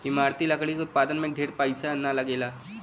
इमारती लकड़ी के उत्पादन में ढेर पईसा ना लगेला